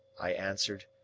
i answered.